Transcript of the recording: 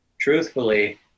truthfully